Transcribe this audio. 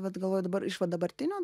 vat galvoju dabar iš va dabartinio